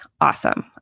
awesome